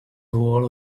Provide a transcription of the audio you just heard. wall